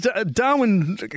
Darwin